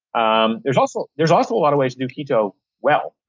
um there's also there's also a lot of ways to do keto well.